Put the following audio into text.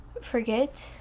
forget